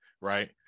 right